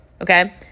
okay